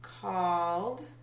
called